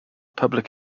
public